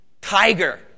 tiger